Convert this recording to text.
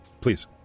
please